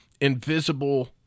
invisible